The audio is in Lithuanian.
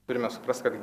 turime suprast kad